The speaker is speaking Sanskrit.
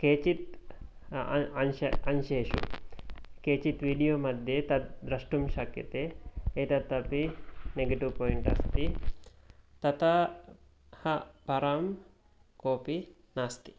केचित् अंश अंशेशु केचित् वीडियो मध्ये तद् द्रष्टुं शक्यते एतत् अपि नेगटीव् पाय्न्ट् अस्ति तथा परं कोऽपि नास्ति